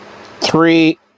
three